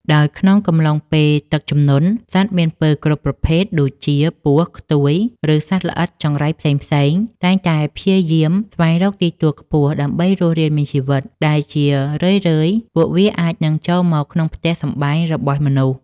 ដោយក្នុងកំឡុងពេលទឹកជំនន់ សត្វមានពិសគ្រប់ប្រភេទដូចជា ពស់ ខ្ទួយ ឬសត្វល្អិតចង្រៃផ្សេងៗ តែងតែព្យាយាមស្វែងរកទីទួលខ្ពស់ដើម្បីរស់រានមានជីវិត ដែលជារឿយៗពួកវាអាចនឹងចូលមកក្នុងផ្ទះសម្បែងរបស់មនុស្ស។